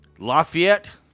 Lafayette